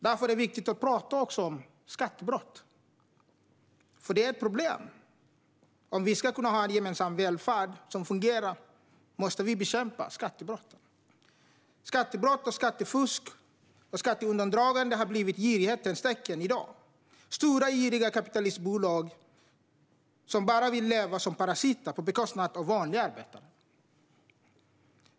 Därför är det viktigt att också prata om skattebrott. De är ett problem. Om vi ska ha en fungerande gemensam välfärd måste vi bekämpa skattebrott. Skattebrott, skattefusk och skatteundandragande har blivit girighetens tecken i dag. Stora giriga kapitalistbolag vill leva som parasiter på bekostnad av vanliga arbetare.